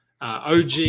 OG